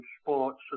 sports